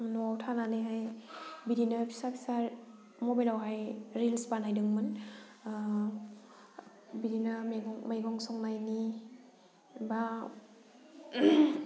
न'आव थानानैहाय बिदिनो फिसा फिसा मबाइलावहाय रिल्स बानायदोंमोन बिदिनो मैगं संनायनि बा